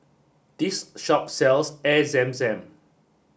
this shop sells Air Zam Zam